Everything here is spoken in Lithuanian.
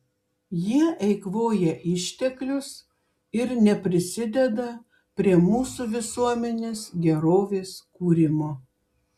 jie eikvoja išteklius ir neprisideda prie mūsų visuomenės gerovės kūrimo